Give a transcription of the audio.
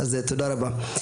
תודה רבה.